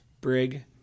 Brig